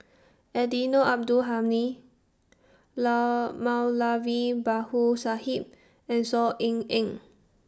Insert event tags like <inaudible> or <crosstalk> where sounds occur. Eddino Abdul Hadi <unintelligible> Moulavi <unintelligible> Sahib and Saw Ean Ang